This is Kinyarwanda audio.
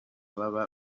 baba